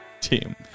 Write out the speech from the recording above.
team